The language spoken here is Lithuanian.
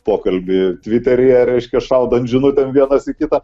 pokalbį tviteryje reiškia šaudant žinutėm vienas į kitą